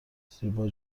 زیبا